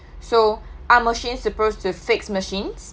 so are machines supposed to fix machines